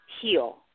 heal